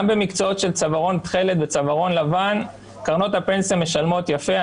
גם במקצועות של צווארון תכלת וצווארון לבן קרנות הפנסיה משלמות יפה.